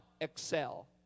excel